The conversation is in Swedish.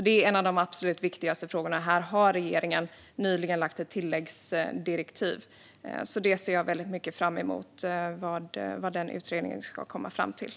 Det är en av de absolut viktigaste frågorna. Här har regeringen nyligen lagt ett tilläggsdirektiv. Jag ser väldigt mycket fram emot vad den utredningen ska komma fram till.